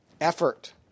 effort